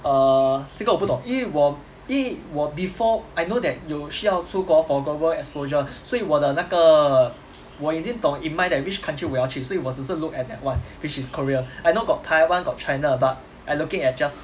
err 这个我不懂因为我因为我 before I know that 有需要出国 for global exposure 所以我的那个我已经懂 in mind that which country 我要去所以我只是 look at that one which is korea I know got taiwan got china but I looking at just